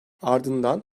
ardından